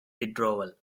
withdrawal